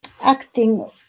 acting